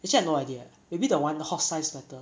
actually I no idea maybe the one horse-sized better